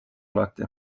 alati